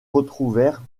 retrouvèrent